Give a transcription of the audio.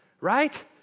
right